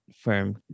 firm